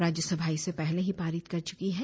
राज्य सभा इसे पहले ही पारित कर चुकी है